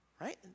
Right